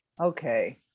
Okay